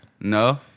No